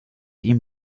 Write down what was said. ihm